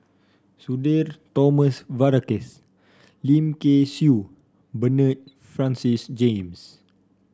Sudhir Thomas Vadaketh Lim Kay Siu Bernard Francis James